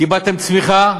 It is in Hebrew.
קיבלתם צמיחה,